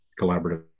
collaborative